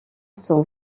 son